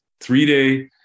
three-day